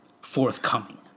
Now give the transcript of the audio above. forthcoming